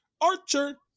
Archer